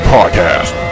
Podcast